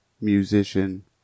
musician